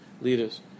leaders